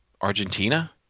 Argentina